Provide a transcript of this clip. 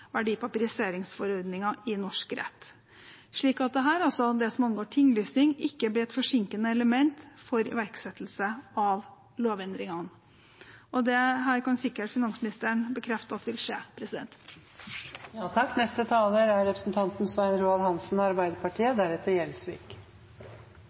norsk rett, slik at det som angår tinglysning, ikke blir et forsinkende element for iverksettelse av lovendringene. Dette kan sikkert finansministeren bekrefte vil skje. Saksordføreren har redegjort godt for innholdet i innstillingen, så bare noen momenter fra min side. Det viktigste i denne saken er